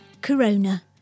Corona